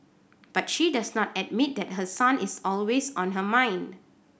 but she does not admit that her son is always on her mind